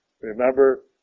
Remember